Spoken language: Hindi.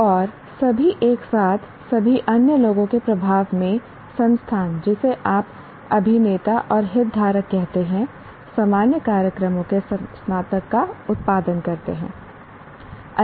और सभी एक साथ सभी अन्य लोगों के प्रभाव में संस्थान जिसे आप अभिनेता और हितधारक कहते हैं सामान्य कार्यक्रमों के स्नातक का उत्पादन करते हैं